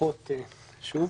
ברכות שוב.